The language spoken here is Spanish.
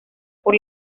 por